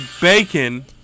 bacon